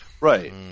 Right